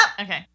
Okay